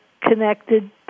connected